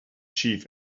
chief